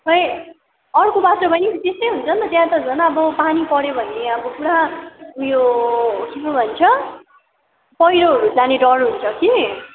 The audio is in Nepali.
खोइ अर्को बाटोमा पनि त्यस्तो हुन्छ नि त्यहाँ त झन् अब पानी पर्यो भने अब पुरा उयो के पो भन्छ पहिरोहरू जाने डर हुन्छ कि